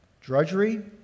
drudgery